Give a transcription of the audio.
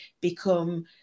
become